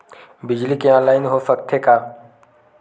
बिजली के ऑनलाइन हो सकथे का?